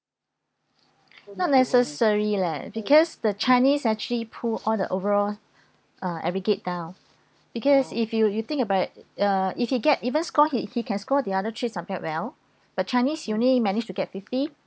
not necessary leh because the chinese actually pull all the overall uh aggregate down because if you you think about it uh if he get even score he he can score the other three subjects well but chinese he only managed to get fifty